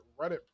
Reddit